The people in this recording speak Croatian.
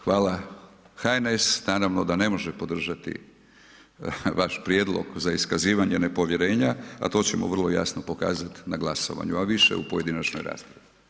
Hvala, HNS naravno da ne može podržati vaš prijedlog za iskazivanje nepovjerenja, a to ćemo vrlo jasno pokazat na glasovanju, a više u pojedinačnoj raspravi.